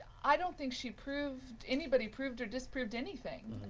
i don't think she proved, anybody proved or disproved anything.